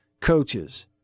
Coaches